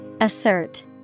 Assert